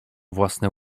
własne